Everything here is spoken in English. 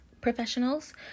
professionals